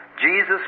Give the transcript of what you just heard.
Jesus